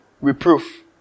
reproof